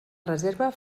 reserva